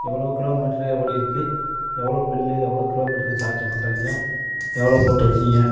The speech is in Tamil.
எவ்வளோ கிலோமீட்ருய்யா ஓடியிருக்கு எவ்வளோ பில்லு எவ்வளோ கிலோமீட்ருக்கு சார்ஜ் பண்ணுறிங்க எவ்வளோ போட்டிருக்கிங்க